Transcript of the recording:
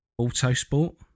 Autosport